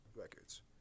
records